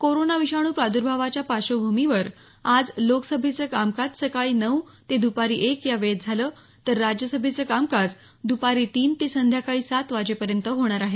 corona विषाणू प्राद्र्भावाच्या पार्श्वभूमीवर आज लोकसभेचं कामकाज सकाळी नऊ ते दुपारी एक या वेळेत झालं तर राज्यसभेचं कामकाज द्पारी तीन ते संध्याकाळी सात वाजेपर्यंत होणार आहे